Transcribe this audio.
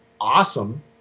awesome